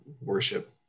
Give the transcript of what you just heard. worship